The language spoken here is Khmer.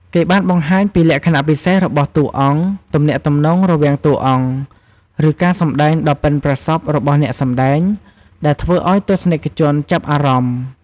គេបានបង្ហាញពីលក្ខណៈពិសេសរបស់តួអង្គ ទំនាក់ទំនងរវាងតួអង្គ ឬការសម្ដែងដ៏ប៉ិនប្រសប់របស់អ្នកសម្ដែង ដែលធ្វើឱ្យទស្សនិកជនចាប់អារម្មណ៍។